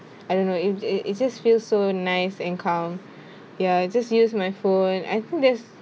I don't know if it it just feels so nice and calm ya just use my phone I think there's